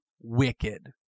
wicked